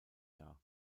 jahr